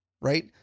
right